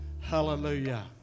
Hallelujah